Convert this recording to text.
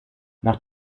nach